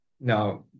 Now